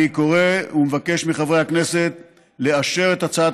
אני קורא ומבקש מחברי הכנסת לאשר את הצעת